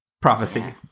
prophecy